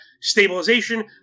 stabilization